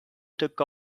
took